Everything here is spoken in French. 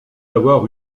avoir